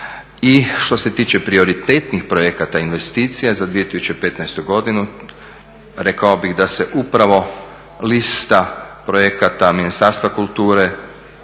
I što se tiče prioritetnih projekata i investicija za 2015. godinu rekao bih da se upravo lista projekata Ministarstva kulture,